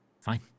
Fine